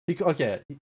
Okay